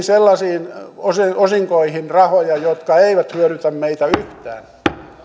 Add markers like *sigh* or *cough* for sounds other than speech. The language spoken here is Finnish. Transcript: *unintelligible* sellaisiin osinkoihin jotka eivät hyödytä meitä yhtään